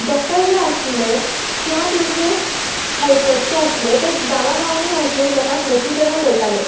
doctor जे आसले किंवां तेंचे हेल्पर्स जे आसले ते गांवा गांवानी वसून लोकांक लसिकरण करताले